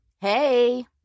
Hey